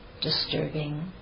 disturbing